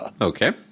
Okay